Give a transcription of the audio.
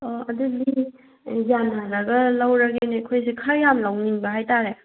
ꯑꯣ ꯑꯗꯨꯗꯤ ꯌꯥꯟꯅꯔꯒ ꯂꯧꯔꯒꯦꯅꯦ ꯑꯩꯈꯣꯏꯁꯦ ꯈꯔ ꯌꯥꯝꯅ ꯂꯧꯅꯤꯡꯕ ꯍꯥꯏꯇꯥꯔꯦ